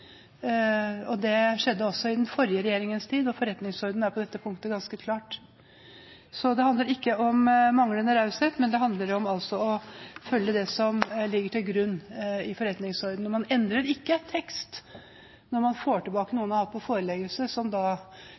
skjer, det skjedde også i den forrige regjeringens tid, og forretningsordenen er på dette punktet ganske klar. Så det handler ikke om manglende raushet, men det handler om å følge det som ligger til grunn i forretningsordenen. Man endrer ikke tekst når man får tilbake noe man har hatt på foreleggelse. Det ville vært å endre det grunnlaget som